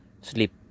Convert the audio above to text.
sleep